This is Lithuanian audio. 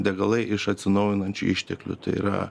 degalai iš atsinaujinančių išteklių tai yra